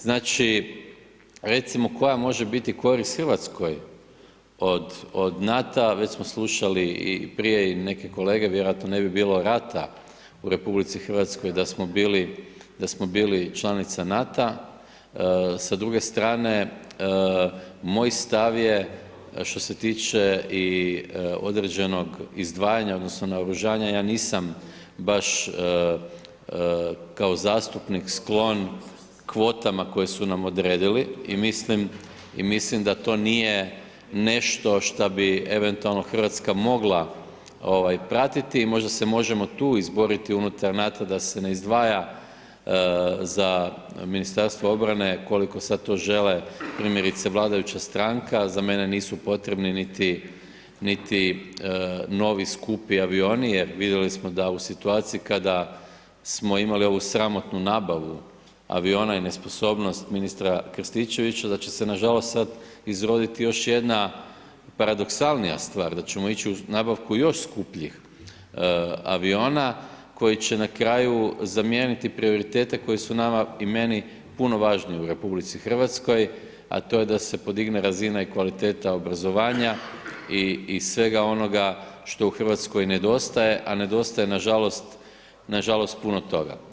Znači recimo koja može biti korist Hrvatskoj od NATO-a već smo slušali i prije neke kolege, vjerojatno ne bi bilo rata u RH da smo bili članica NATO-a, sa druge strane moj stav je što se tiče i određenog izdvajanja odnosno naoružanja, ja nisam baš kao zastupnik sklon kvotama koje su nam odredili i mislim da to nije nešto šta bi eventualno Hrvatska mogla pratiti, možda se možemo tu izboriti unutar NATO-a da se ne izdvaja za Ministarstvo obrane ukoliko sad to žele primjerice vladajuća stranka, za mene nisu potrebni niti novi skupi avioni jer vidjeli smo da u situaciji kada smo imali ovu sramotnu nabavu aviona i nesposobnost ministra Krstičevića, da će se nažalost sad izroditi još jedna paradoksalnija stvar, da ćemo ići u nabavku još skupljih aviona koji će na kraju zamijeniti prioritete koji su nama i meni puno važniji u RH a to je da se podigne razina i kvaliteta obrazovanja i svega onoga što u Hrvatskoj nedostaje a nedostaje nažalost puno toga.